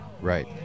Right